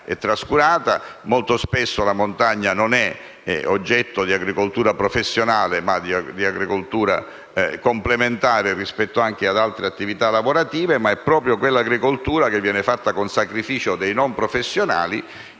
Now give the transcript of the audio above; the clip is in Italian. è trascurata. Molto spesso la montagna è oggetto di agricoltura non professionale ma complementare rispetto anche ad altre attività lavorative. Ma è proprio quell'agricoltura che viene fatta con sacrificio dai non professionali